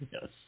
Yes